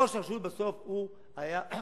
ראש רשות בסוף הוא הגוף,